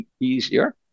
easier